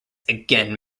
again